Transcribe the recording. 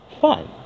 fun